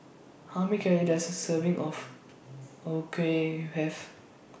How Many Calories Does A Serving of O Kueh Have